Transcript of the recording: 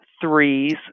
threes